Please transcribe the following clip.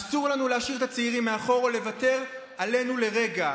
אסור לנו להשאיר את הצעירים מאחור או לוותר עלינו לרגע,